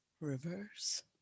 reverse